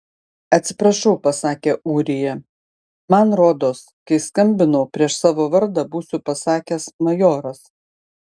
atsiprašau pasakė ūrija man rodos kai skambinau prieš savo vardą būsiu pasakęs majoras